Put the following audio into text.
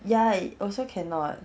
ya eh also cannot